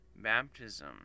baptism